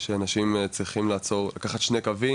שאנשים צריכים לקחת שני קווים,